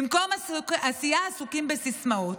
במקום עשייה עסוקים בסיסמאות.